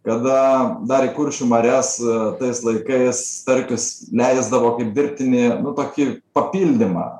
kada ar į kuršių marias tais laikais starkius leisdavo kaip dirbtinį nu tokį papildymą